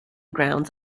grounds